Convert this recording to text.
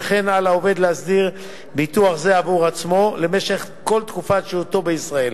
שכן על העובד להסדיר ביטוח זה עבור עצמו למשך כל תקופת שהותו בישראל.